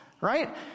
right